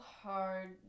hard